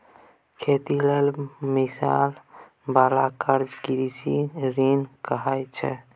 खेती लेल मिलइ बाला कर्जा कृषि ऋण कहाइ छै